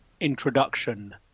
introduction